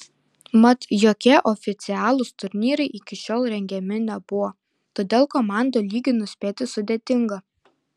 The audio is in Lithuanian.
mat jokie oficialūs turnyrai iki šiol rengiami nebuvo todėl komandų lygį nuspėti sudėtinga